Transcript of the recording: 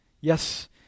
Yes